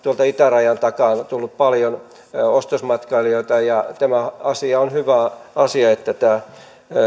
itärajan takaa tullut paljon ostosmatkailijoita ja on hyvä asia että tämä